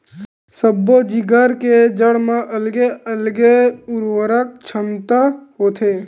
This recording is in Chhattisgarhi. सब्बो जिगर के जड़ म अलगे अलगे उरवरक छमता होथे